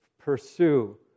pursue